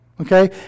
Okay